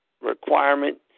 requirement